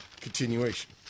Continuation